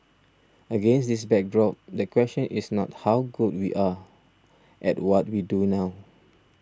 against this backdrop the question is not how good we are at what we do now